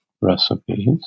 recipes